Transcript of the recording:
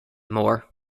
more